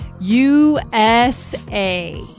USA